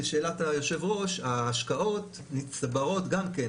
לשאלת היושב-ראש, ההשקעות נצבעות גם כן